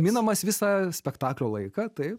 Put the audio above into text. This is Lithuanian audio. minamas visą spektaklio laiką taip